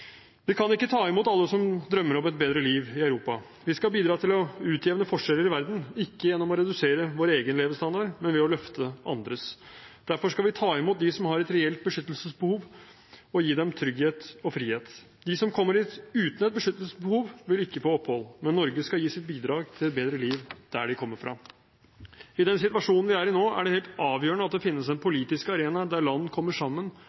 Vi kan ikke ta imot alle som drømmer om et bedre liv i Europa. Vi skal bidra til å utjevne forskjeller i verden, ikke gjennom å redusere vår egen levestandard, men ved å løfte andres. Derfor skal vi ta imot dem som har et reelt beskyttelsesbehov og gi dem trygghet og frihet. De som kommer hit uten et beskyttelsesbehov, vil ikke få opphold, men Norge skal gi sitt bidrag til et bedre liv der de kommer fra. I den situasjonen vi er i nå, er det helt avgjørende at det finnes en politisk arena der land kommer sammen,